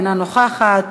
אינה נוכחת,